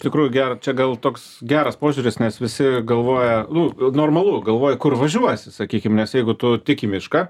tikrųjų gera čia gal toks geras požiūris nes visi galvoja nu normalu galvoja kur važiuos sakykim nes jeigu tu tik į mišką